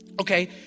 Okay